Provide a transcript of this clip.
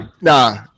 nah